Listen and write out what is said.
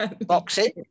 boxing